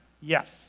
yes